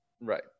Right